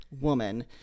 woman